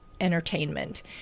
entertainment